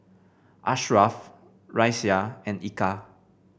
Ashraf Raisya and Eka